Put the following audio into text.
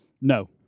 No